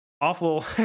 awful